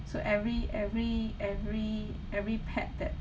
so every every every every pet that